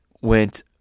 went